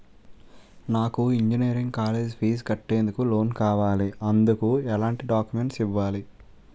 నాకు engineering college fee కట్టేందుకు loan కావాలి, ఎందుకు ఎలాంటి డాక్యుమెంట్స్ ఇవ్వాలి?